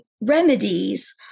remedies